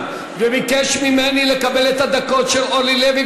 וביקש ממני לקבל את הדקות של אורלי לוי,